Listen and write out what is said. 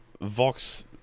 vox